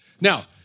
Now